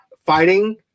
fighting